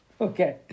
Okay